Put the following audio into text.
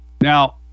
Now